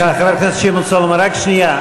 סליחה, חבר הכנסת שמעון סולומון, רק שנייה.